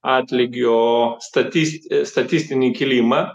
atlygiostatis statistinį kilimą